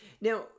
Now